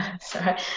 sorry